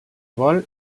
vol